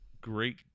great